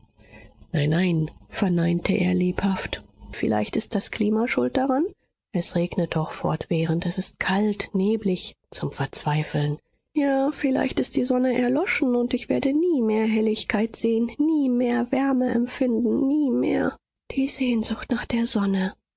nein nein verneinte er lebhaft vielleicht ist das klima schuld daran es regnet doch fortwährend es ist kalt neblig zum verzweifeln ja vielleicht ist die sonne erloschen und ich werde nie mehr helligkeit sehen nie mehr wärme empfinden nie mehr die sehnsucht nach der sonne